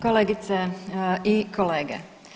Kolegice i kolege.